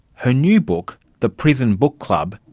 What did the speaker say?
her new book, the prison book club,